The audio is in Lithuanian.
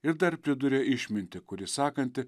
ir dar priduria išmintį kuri sakanti